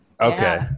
Okay